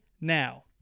now